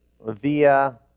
via